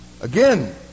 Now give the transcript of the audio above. Again